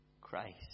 Christ